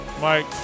Mike